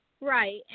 Right